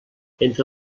entre